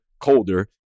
colder